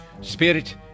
spirit